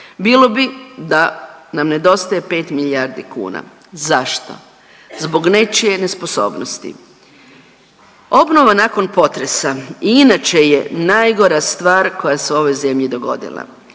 Bilo bi da nam nedostaje 5 milijardi kuna. Zašto? Zbog nečije nesposobnosti. Obnova nakon potresa i inače je najgora stvar koja se u ovoj zemlji dogodila.